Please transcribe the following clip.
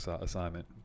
assignment